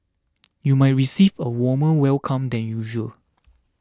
you might receive a warmer welcome than usual